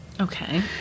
Okay